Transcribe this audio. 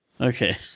Okay